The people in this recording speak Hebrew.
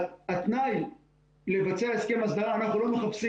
התנאי לבצע הסכם הסדרה אנחנו לא מחפשים